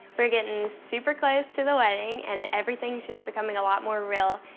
we're gettin' super close to the wedding, and everything's just becoming a lot more real.